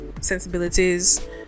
sensibilities